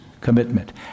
commitment